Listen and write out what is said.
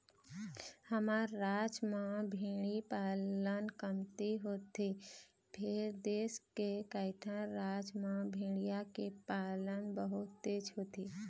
हमर राज म भेड़ी पालन कमती होथे फेर देश के कइठन राज म भेड़िया के पालन बहुतेच होथे